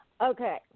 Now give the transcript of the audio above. Okay